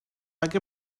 like